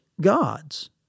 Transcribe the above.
God's